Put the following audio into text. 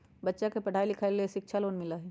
बच्चा के पढ़ाई के लेर शिक्षा लोन मिलहई?